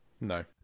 No